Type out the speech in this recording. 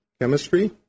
Chemistry